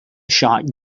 shot